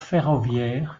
ferroviaire